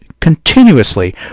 continuously